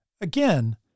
Again